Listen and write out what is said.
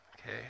Okay